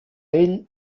ell